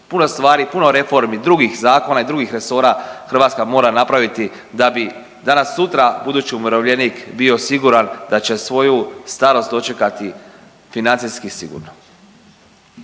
Puno stvari, puno reformi, drugih zakona i drugih resora Hrvatska mora napraviti da bi danas sutra budući umirovljenik bio siguran da će svoju starost dočekati financijski sigurno.